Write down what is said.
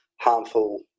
harmful